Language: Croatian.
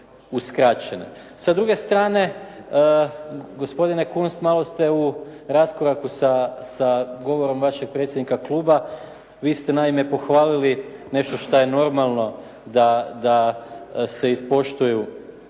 uskraćene. Sa druge strane gospodine Kunst malo s te u raskoraku sa govorom vašeg predsjednika kluba. Vi ste naime pohvalili nešto šta je normalno da se ispoštuju